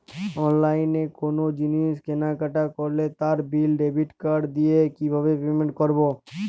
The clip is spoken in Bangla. অনলাইনে কোনো জিনিস কেনাকাটা করলে তার বিল ডেবিট কার্ড দিয়ে কিভাবে পেমেন্ট করবো?